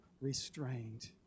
restrained